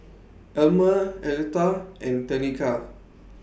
Almer Aletha and Tenika